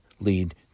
lead